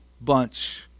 bunch